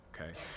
okay